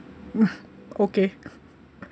okay